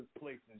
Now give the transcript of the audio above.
places